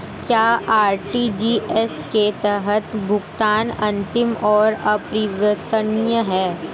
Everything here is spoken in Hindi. क्या आर.टी.जी.एस के तहत भुगतान अंतिम और अपरिवर्तनीय है?